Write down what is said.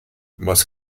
was